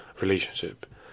relationship